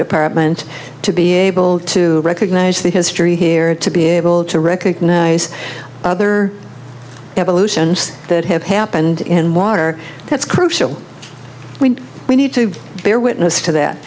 department to be able to recognize the history here and to be able to recognize other evolutions that have happened in water that's crucial we need to bear witness to that